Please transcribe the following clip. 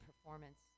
performance